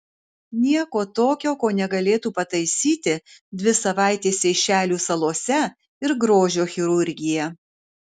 nieko tokio ko negalėtų pataisyti dvi savaitės seišelių salose ir grožio chirurgija